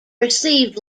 received